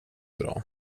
bra